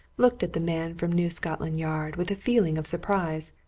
looked at the man from new scotland yard with a feeling of surprise.